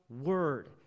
word